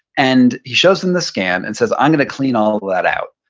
and he shows them the scan and says, i'm going to clean all of that out.